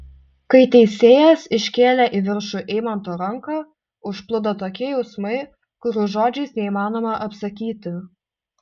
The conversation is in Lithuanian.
kai teisėjas iškėlė į viršų eimanto ranką užplūdo tokie jausmai kurių žodžiais neįmanoma apsakyti